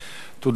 תודה, אדוני.